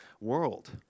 world